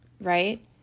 right